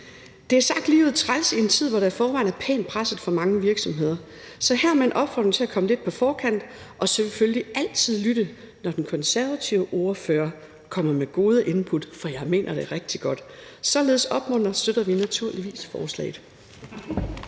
Det er sagt ligeud træls i en tid, hvor der i forvejen er et pænt pres på mange virksomheder. Så hermed en opfordring til at komme lidt på forkant og selvfølgelig altid lytte, når den konservative ordfører kommer med gode input, for jeg mener det rigtig godt. Således opmuntret, støtter vi naturligvis forslaget.